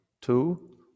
two